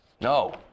No